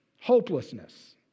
Hopelessness